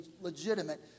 legitimate